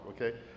okay